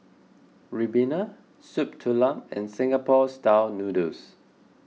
Ribena Soup Tulang and Singapore Style Noodles